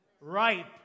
ripe